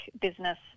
business